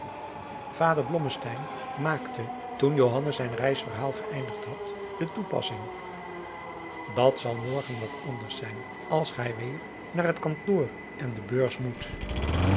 blommesteyn maakte toen johannes zijn reisverhaal geëindigd had de toepassing dat zal morgen wat anders zijn als gij weêr naar het kantoor en de beurs moet